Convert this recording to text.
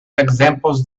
examples